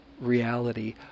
reality